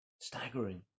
Staggering